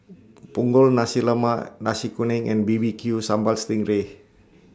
Punggol Nasi Lemak Nasi Kuning and B B Q Sambal Sting Ray